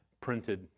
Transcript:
printed